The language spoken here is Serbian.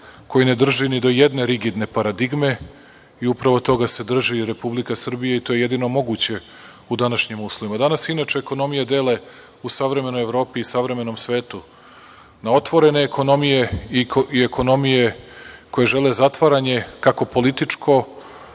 koji ne drži ni do jedne rigidne paradigme i upravo toga se drži i Republika Srbija i to je jedino moguće u današnjim uslovima. Danas se inače ekonomije dele u savremenoj Evropi i savremenom svetu na otvorene ekonomije i ekonomije koje žele zatvaranje kako političko,